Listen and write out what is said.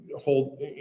hold